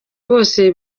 bose